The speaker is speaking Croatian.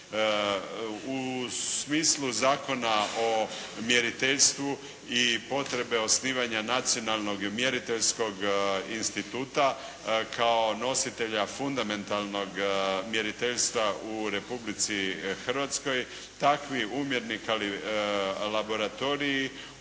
U smislu Zakona o mjeriteljstvu i potrebe osnivanja Nacionalnog mjeriteljskog instituta kao nositelja fundamentalnog mjeriteljstva u Republici Hrvatskoj takvi umjerni laboratoriji